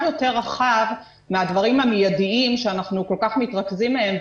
יותר רחב מהדברים המידיים שאנחנו כל כך מתרכז בהם,